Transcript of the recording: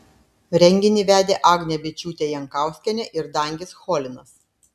renginį vedė agnė byčiūtė jankauskienė ir dangis cholinas